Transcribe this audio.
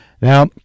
Now